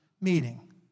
meeting